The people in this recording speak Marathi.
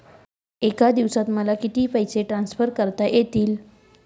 एका दिवसात मला किती पैसे ट्रान्सफर करता येतील?